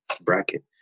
bracket